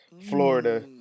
Florida